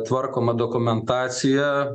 tvarkoma dokumentacija